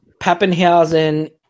Pappenhausen